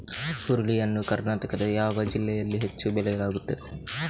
ಹುರುಳಿ ಯನ್ನು ಕರ್ನಾಟಕದ ಯಾವ ಜಿಲ್ಲೆಯಲ್ಲಿ ಹೆಚ್ಚು ಬೆಳೆಯಲಾಗುತ್ತದೆ?